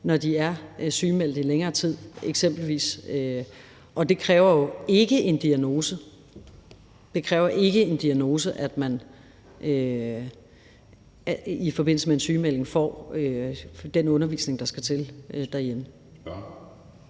er sygemeldt i længere tid. Og det kræver jo ikke en diagnose; det kræver ikke en diagnose, at man i forbindelse med en sygemelding får den undervisning, der skal til, derhjemme.